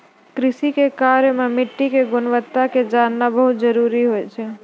कृषि के कार्य मॅ मिट्टी के गुणवत्ता क जानना बहुत जरूरी होय छै